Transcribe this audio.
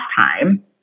time